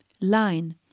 line